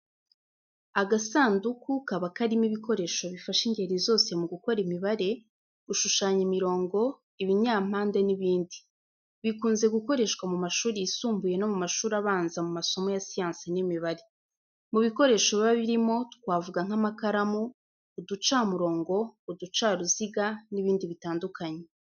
Agasanduku kaba karimo ibikoresho bifasha ingeri zose mu gukora imibare, gushushanya imirongo, ibinyampande n’ibindi. Bikunze gukoreshwa mu mashuri yisumbuye no mu mashuri abanza mu masomo ya siyansi n'imibare. Mu bikoresho biba birimo twavuga nk’amakaramu, uducamurongo, uducaruziga n’ibindi bitandukanye.